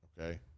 okay